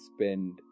spend